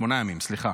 שמונה ימים, סליחה.